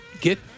get